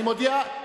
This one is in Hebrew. אני מודיע,